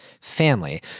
family